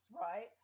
right